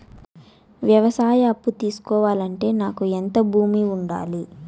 వ్యవసాయ అప్పు తీసుకోవాలంటే నాకు ఎంత భూమి ఉండాలి?